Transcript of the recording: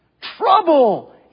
trouble